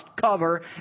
cover